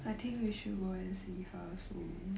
I think we should go and see her soon